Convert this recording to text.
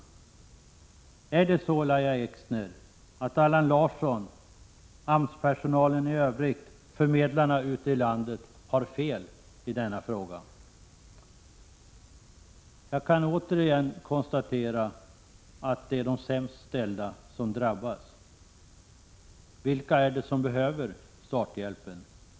Är det så, Lahja Exner, att Allan Larsson, AMS-personalen i övrigt och förmedlarna ute i landet har fel i denna fråga? Jag kan återigen konstatera att de som är sämst ställda drabbas. Vilka är det som behöver starthjälpen?